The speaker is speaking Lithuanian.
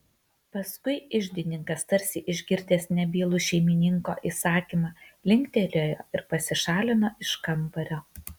paskui iždininkas tarsi išgirdęs nebylų šeimininko įsakymą linktelėjo ir pasišalino iš kambario